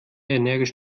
energisch